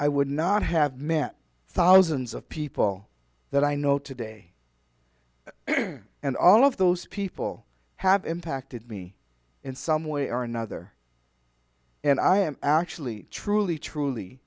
i would not have met thousands of people that i know today and all of those people have impacted me in some way or another and i am actually truly truly